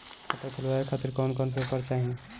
खाता खुलवाए खातिर कौन कौन पेपर चाहीं?